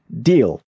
Deal